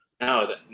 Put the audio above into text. no